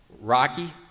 rocky